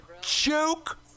Joke